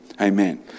amen